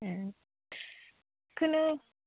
ए बेखौनो